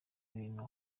bintu